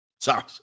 Sorry